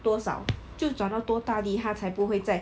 多少就转到多大力他才不会再